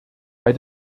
bei